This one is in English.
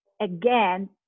again